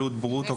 עלות ברוטו,